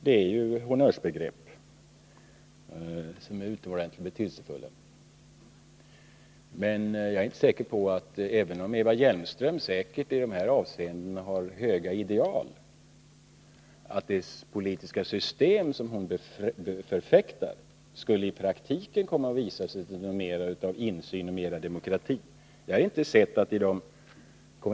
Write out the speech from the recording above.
Det är ju honnörsbegrepp som är utomordentligt betydelsefulla, men även om Eva Hjelmström har höga ideal i dessa avseenden, är jag inte säker på att det politiska system som hon förfäktar skulle i praktiken komma att visa sig ge mera av insyn och demokrati.